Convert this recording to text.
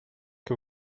que